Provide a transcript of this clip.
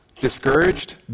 Discouraged